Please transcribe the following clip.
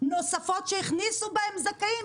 נוספות שהכניסו בהם זכאים,